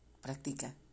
Practica